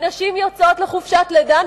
כי נשים יוצאות לחופשת לידה,